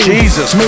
Jesus